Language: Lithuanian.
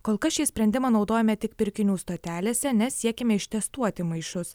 kol kas šį sprendimą naudojame tik pirkinių stotelėse nes siekiame ištestuoti maišus